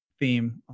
theme